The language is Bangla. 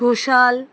ঘোষাল